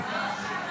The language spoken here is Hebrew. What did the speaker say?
מי אמר?